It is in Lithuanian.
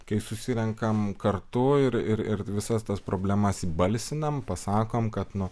kai susirenkame kartu ir ir ir visas tas problemas įbalsinam pasakom kad nu